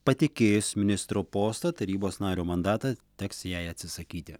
patikėjus ministro postą tarybos nario mandatą teks jai atsisakyti